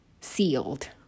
sealed